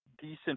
decent